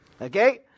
Okay